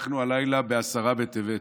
אנחנו הלילה בעשרה בטבת.